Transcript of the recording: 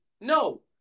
No